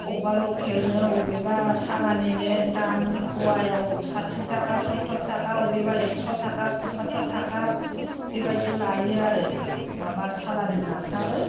अबेबा लकेलनो अबेबा सालानिनो दाम फवायाव साथि थाखा सतर थाखा अबेबा एकस' थाखा फसाथर थाखा बेबायदि लायो आरो माबा सालानि नाफ्राबो